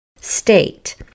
state